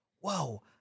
Whoa